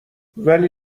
ولی